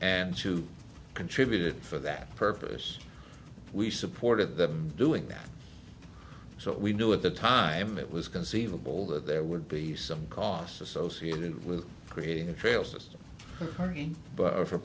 and to contribute it for that purpose we supported them doing that so we knew at the time it was conceivable that there would be some costs associated with creating a trail system